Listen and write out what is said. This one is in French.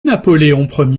napoléon